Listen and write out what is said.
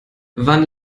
wann